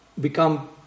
become